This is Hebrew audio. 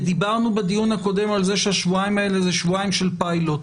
ודיברנו בדיון הקודם על זה שהשבועיים האלה זה שבועיים של פיילוט.